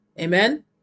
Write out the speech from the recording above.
amen